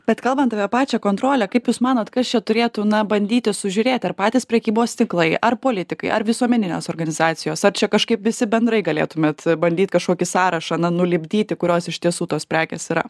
bet kalbant apie pačią kontrolę kaip jūs manot kas čia turėtų na bandyti sužiūrėt ar patys prekybos tinklai ar politikai ar visuomeninės organizacijos ar čia kažkaip visi bendrai galėtumėt bandyt kažkokį sąrašą na nulipdyti kurios iš tiesų tos prekės yra